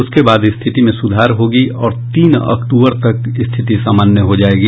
उसके बाद स्थिति में सुधार होगी और तीन अक्टूबर तक स्थिति सामान्य हो जायेगी